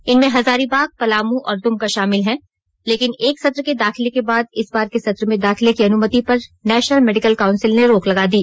इनमें हजारीबाग पलामू और दुमका शामिल हैं लेकिन एक सत्र के दाखिले के बाद इस बार के सत्र में दाखिले की अनुमति नेशनल मेडिकल काउंसिल ने रोक लगा दी